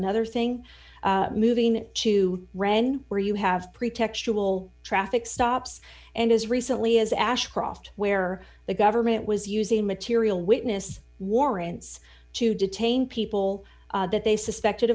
another thing moving to rend where you have pretextual traffic stops and as recently as ashcroft where the government was using material witness warrants to detain people that they suspected